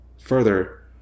further